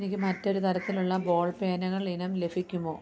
എനിക്ക് മറ്റൊരു തരത്തിലുള്ള ബോൾ പേനകൾ ഇനം ലഭിക്കുമോ